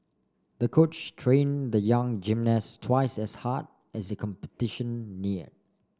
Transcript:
the coach train the young gymnast twice as hard as the competition near